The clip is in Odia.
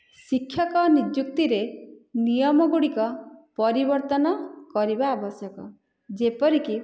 ଶିକ୍ଷକ ନିଯୁକ୍ତିରେ ନିୟମ ଗୁଡ଼ିକ ପରିବର୍ତ୍ତନ କରିବା ଆବଶ୍ୟକ ଯେପରିକି